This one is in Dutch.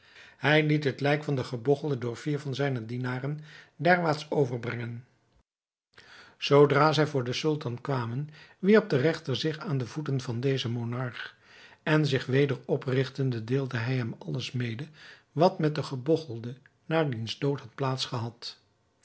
hij liet het lijk van den gebogchelde door vier van zijne dienaren derwaarts overbrengen zoodra zij voor den sultan kwamen wierp de regter zich aan de voeten van dezen monarch en zich weder oprigtende deelde hij hem alles mede wat met den gebogchelde na diens dood had